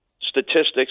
statistics